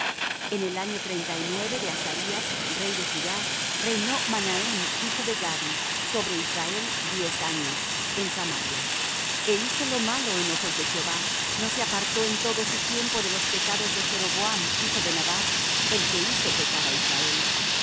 en el año treinta y nueve de azarías rey de judá reinó manahem hijo de gadi sobre israel diez años en samaria e hizo lo malo en ojos de jehová no se apartó en todo su tiempo de los pecados de jeroboam hijo de nabat el que hizo pecar á israel